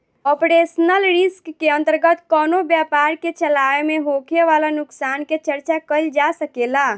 operational risk के अंतर्गत कवनो व्यपार के चलावे में होखे वाला नुकसान के चर्चा कईल जा सकेला